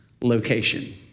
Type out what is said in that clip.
Location